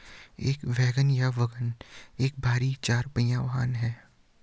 एक वैगन या वाग्गन एक भारी चार पहिया वाहन है